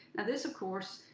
and this, of course,